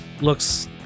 looks